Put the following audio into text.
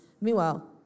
Meanwhile